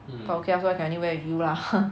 but okay lah so I can only wear with you lah